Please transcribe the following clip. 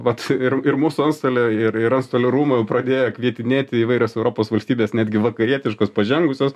vat ir ir mūsų antstolį ir ir antstolių rūmai jau pradėjo kvietinėti įvairios europos valstybės netgi vakarietiškos pažengusios